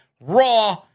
Raw